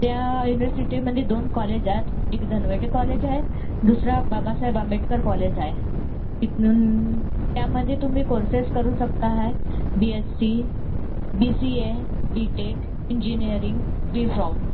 त्या युनिव्हर्सिटीमध्ये दोन कॉलेजात एक धनवटे कॉलेज आहे दुसरा बाबासाहेब आंबेडकर कॉलेज आहे तिथून त्यामध्ये तुम्ही कोर्सेस करू शकता आहे B Sc B C A B tech engineering B from